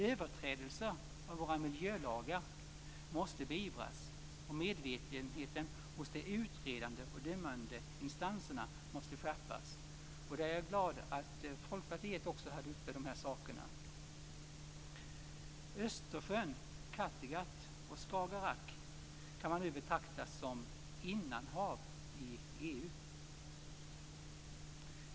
Överträdelser av våra miljölagar måste beivras och medvetenheten hos de utredande och dömande instanserna skärpas. Jag är glad att även Folkpartiet har tagit upp de här sakerna. Östersjön, Kattegatt och Skagerrak kan nu betraktas som innanhav i EU.